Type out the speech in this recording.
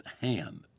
hand